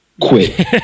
quit